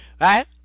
Right